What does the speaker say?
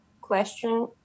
question